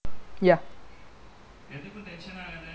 clap ah three two one